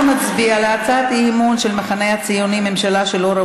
כרגע אנחנו מצביעים על הצעת האי-אמון,